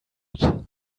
that